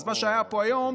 אז מה שהיה פה היום,